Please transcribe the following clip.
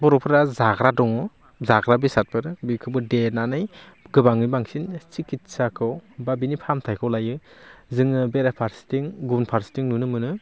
बर'फोरा जाग्रा दं जाग्रा बेसादफोर बेखौबो देनानै गोबाङै बांसिन सिकिटसाखौ बा बिनि फाहामथाइखौ लायो जोङो बेरा फारसेथिं गुबुन फारसेथिं नुनो मोनो